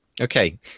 Okay